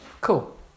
Cool